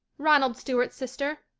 ronald stuart's sister.